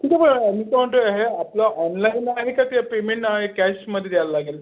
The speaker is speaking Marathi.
मी काय म्हणतो हे आपलं ऑनलाईनला आहे का ते पेमेंट आहे कॅशमध्ये द्यायला लागेल